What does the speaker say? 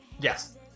Yes